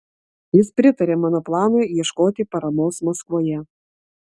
jis pritarė mano planui ieškoti paramos maskvoje